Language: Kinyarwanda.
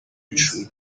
w’ishuri